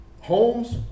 homes